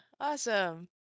Awesome